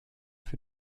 für